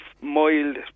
mild